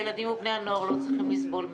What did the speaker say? הילדים ובני הנוער לא צריכים לסבול מזה.